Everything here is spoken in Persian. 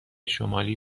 شمالی